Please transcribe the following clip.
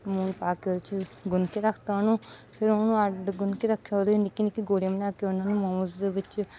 ਲੂਣ ਪਾ ਕੇ ਉਹ 'ਚ ਗੁੰਨ ਕੇ ਰੱਖ ਤਾ ਉਹਨੂੰ ਫਿਰ ਉਹਨੂੰ ਅੱਡ ਗੁੰਨ ਕੇ ਰੱਖਿਆ ਉਹਦੇ ਨਿੱਕੀ ਨਿੱਕੀ ਗੋਲੀਆਂ ਬਣਾ ਕੇ ਉਹਨਾਂ ਨੂੰ ਮੋਮੋਜ ਦੇ ਵਿੱਚ